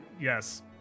Yes